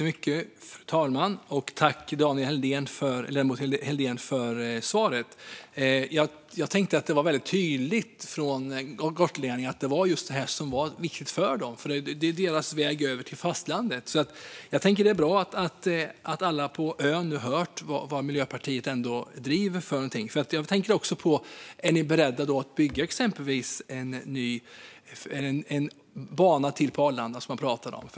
Fru talman! Tack, ledamoten Helldén, för svaret! Jag tyckte att gotlänningarna var väldigt tydliga med att det var just detta som var viktigt för dem - det är deras väg över till fastlandet. Jag tycker att det är bra att alla på ön nu hört vad Miljöpartiet driver. Är ni beredda att bygga exempelvis en bana till på Arlanda, som man pratade om?